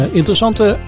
interessante